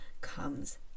comes